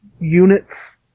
units